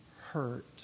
hurt